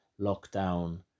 Lockdown